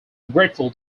grateful